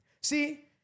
See